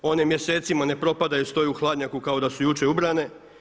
One mjesecima ne propadaju, stoje u hladnjaku kao da su jučer ubrane.